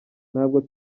ntabwo